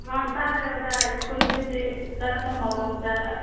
ꯑꯥ ꯇꯥꯔꯦ ꯑꯣꯖꯥ ꯁ꯭ꯀꯨꯜꯁꯤꯗꯤ ꯀꯔꯝꯕ ꯃꯑꯣꯡꯗ